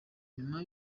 nyuma